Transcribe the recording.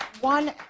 one